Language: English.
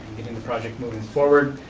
getting the project moving forward,